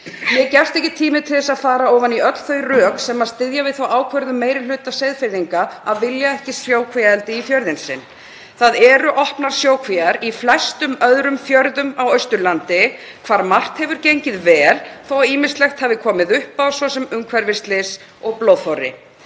Mér gefst ekki tími til að fara ofan í öll þau rök sem styðja við þá ákvörðun meiri hluta Seyðfirðinga að vilja ekki sjókvíaeldi í fjörðinn sinn. Það eru opnar sjókvíar í flestum öðrum fjörðum á Austurlandi þar sem margt hefur gengið vel þótt ýmislegt hafi komið upp á, svo sem umhverfisslys og blóðþorri.